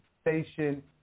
station